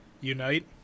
unite